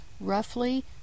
roughly